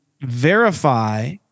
verify